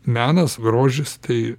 menas grožis tai